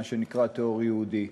מה שנקרא "טרור יהודי".